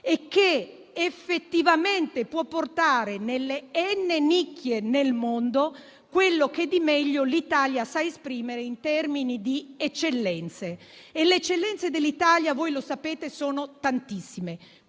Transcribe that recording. e che effettivamente può portare nelle «n» nicchie del mondo quanto di meglio l'Italia sa esprimere in termini di eccellenze. Sapete che le eccellenze dell'Italia sono tantissime